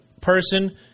person